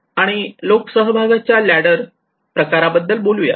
आणि लोकसहभागाच्या लॅडर सहभागाच्या प्रकाराबद्दल बोलूयात